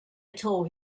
told